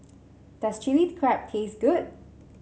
does Chilli Crab taste good